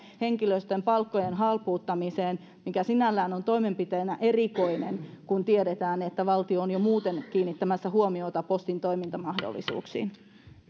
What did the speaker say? henkilöstön palkkojen halpuuttamiseen mikä sinällään on toimenpiteenä erikoinen kun tiedetään että valtio on jo muuten kiinnittämässä huomiota postin toimintamahdollisuuksiin